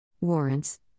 Warrants